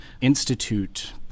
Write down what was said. institute